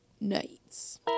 nights